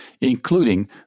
including